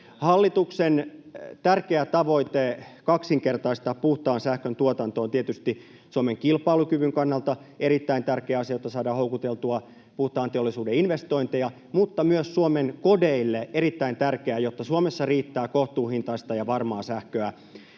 Hallituksen tärkeä tavoite kaksinkertaistaa puhtaan sähkön tuotanto on tietysti Suomen kilpailukyvyn kannalta erittäin tärkeä asia, jotta saadaan houkuteltua puhtaan teollisuuden investointeja, mutta myös Suomen kodeille erittäin tärkeää, jotta Suomessa riittää kohtuuhintaista ja varmaa sähköä